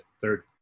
third